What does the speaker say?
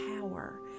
power